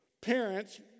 parents